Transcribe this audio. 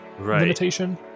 limitation